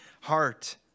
heart